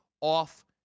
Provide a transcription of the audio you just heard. off